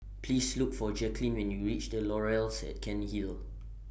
Please Look For Jacquelyn when YOU REACH The Laurels At Cairnhill